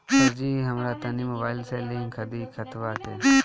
सरजी हमरा तनी मोबाइल से लिंक कदी खतबा के